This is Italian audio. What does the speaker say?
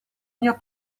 mio